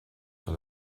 sur